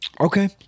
Okay